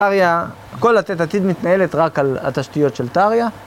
טריא, כל "לתת עתיד" מתנהלת רק על התשתיות של טריא